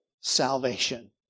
salvation